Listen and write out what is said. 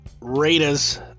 Raiders